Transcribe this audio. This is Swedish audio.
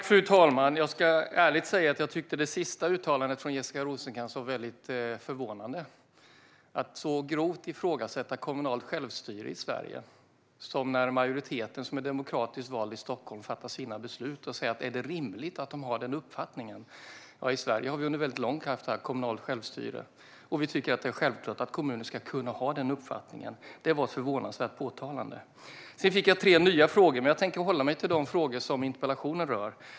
Fru talman! Jag ska ärligt säga att jag tycker att det sista uttalandet från Jessica Rosencrantz var väldigt förvånande. Det är ett grovt ifrågasättande av det kommunala självstyret i Sverige - när den demokratiskt valda majoriteten i Stockholm fattar sina beslut - att säga: Är det rimligt att de har den uppfattningen? I Sverige har vi under lång tid haft kommunalt självstyre, och vi tycker att det är självklart att kommuner ska kunna ha den uppfattningen. Det var ett förvånansvärt uttalande. Sedan fick jag tre nya frågor, men jag tänker hålla mig till de frågor som interpellationen rör.